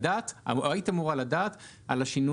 השיקול דעת של השר מתייחס גם לעיתוי